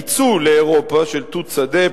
ייצוא לאירופה של תות-שדה,